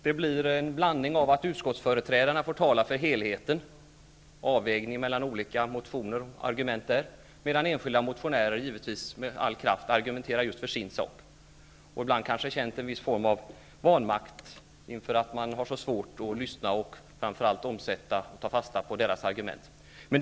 Det blir en blandning av att utskottsföreträdarna talar för helheten, avvägningen mellan argumenten i olika motioner, och att enskilda motionärer med all kraft argumenterar just för sin sak, och ibland känner motionärerna kanske en viss vanmakt över att utskottet har så svårt att lyssna och framför allt att ta fasta på deras argument och omsätta dem i handling.